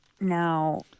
Now